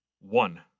One